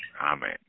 Amen